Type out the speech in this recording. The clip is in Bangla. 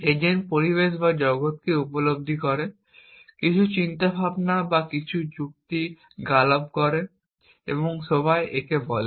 এজেন্ট পরিবেশ বা জগতকে উপলব্ধি করে কিছু চিন্তাভাবনা বা কিছু যুক্তি গালব বলে এবং সবাই একে বলে